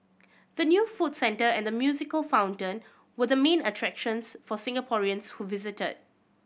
the new food centre and the musical fountain were the main attractions for Singaporeans who visited